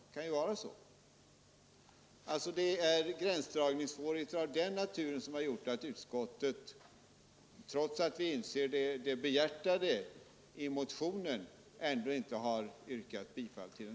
Det kan ju finnas många sådana fall, och det är gränsdragningssvårigheter av den arten som gjort att vi i utskottet, trots att vi har insett det behjärtansvärda syftet, inte har kunnat tillstyrka herr Börjessons motion.